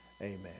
Amen